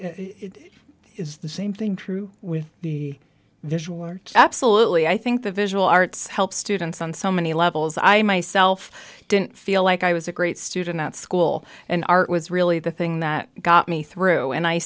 is the same thing true with the visual art absolutely i think the visual arts help students on so many levels i myself didn't feel like i was a great student at school and art was really the thing that got me through and i